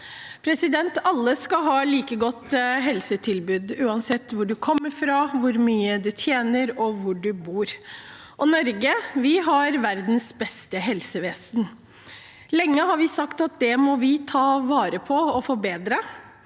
politikk. Alle skal ha like godt helsetilbud, uansett hvor du kommer fra, hvor mye du tjener, og hvor du bor, og vi i Norge har verdens beste helsevesen. Lenge har vi sagt at det må vi ta vare på og forbedre.